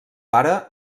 pare